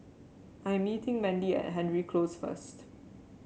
I am meeting Mandy at Hendry Close first